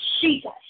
Jesus